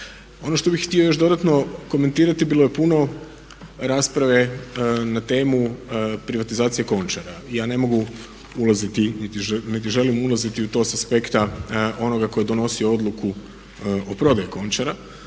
Ono što bih htio još dodatno komentirati bilo je puno rasprave na temu privatizacije Končara. Ja ne mogu ulaziti niti želim ulaziti u to sa aspekta onoga ko je donosio odluku o prodaji Končara.